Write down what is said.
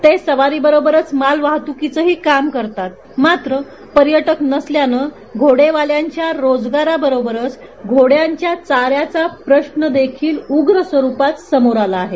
ते सवारीबरोबरच मालवाहत्कीचेही काम करतात मात्र पर्यटक नसल्याने घोडेवालयांचया रोजगाराबरेबरच घोड्यांच्या चारयाचा प्रश्न उग्र स्वरूपात समोर आला आहे